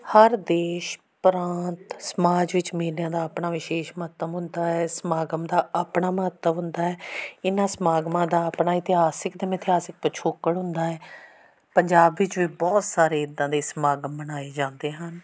ਹਰ ਦੇਸ਼ ਪ੍ਰਾਂਤ ਸਮਾਜ ਵਿੱਚ ਮੇਲਿਆਂ ਦਾ ਆਪਣਾ ਵਿਸ਼ੇਸ਼ ਮਹੱਤਵ ਹੁੰਦਾ ਹੈ ਸਮਾਗਮ ਦਾ ਆਪਣਾ ਮਹੱਤਵ ਹੁੰਦਾ ਹੈ ਇਹਨਾਂ ਸਮਾਗਮਾਂ ਦਾ ਆਪਣਾ ਇਤਿਹਾਸਿਕ ਅਤੇ ਮਿਥਿਹਾਸਿਕ ਪਿਛੋਕੜ ਹੁੰਦਾ ਹੈ ਪੰਜਾਬ ਵਿੱਚ ਵੀ ਬਹੁਤ ਸਾਰੇ ਇਦਾਂ ਦੇ ਸਮਾਗਮ ਮਨਾਏ ਜਾਂਦੇ ਹਨ